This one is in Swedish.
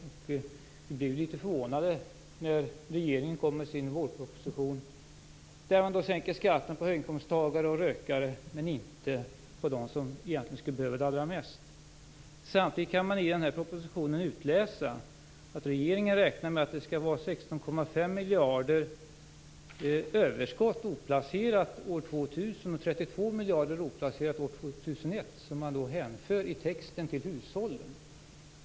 Vi blev litet förvånade när regeringen kom med sin vårproposition, där man sänker skatten för höginkomsttagare och rökare, men inte för dem som egentligen skulle behöva det allra mest. Samtidigt kan man av den här propositionen utläsa att regeringen räknar med ett oplacerat överskott på 2001, som man i texten hänför till hushållen.